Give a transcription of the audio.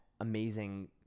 amazing